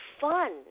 fun